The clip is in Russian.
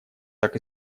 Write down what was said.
так